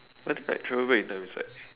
I think like travel back in time is like